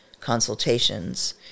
consultations